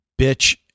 bitch